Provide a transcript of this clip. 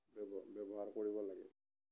ব্যৱ ব্যৱহাৰ কৰিব লাগে